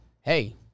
Hey